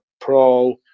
pro